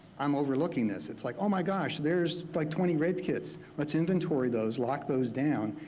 i'm overlooking this. it's like oh my gosh! there's like twenty rape kits. let's inventory those, lock those down,